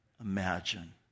imagine